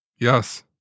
Yes